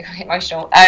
emotional